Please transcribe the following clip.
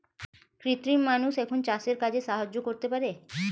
কৃত্রিম মানুষ এখন চাষের কাজে সাহায্য করতে পারে